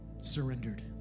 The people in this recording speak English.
surrendered